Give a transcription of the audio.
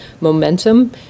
momentum